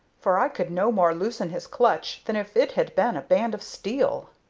for i could no more loosen his clutch than if it had been a band of steel.